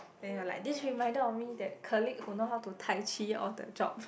then you are like this reminded of me that colleague that know how to Taichi all the job